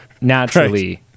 naturally